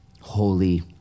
holy